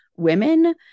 women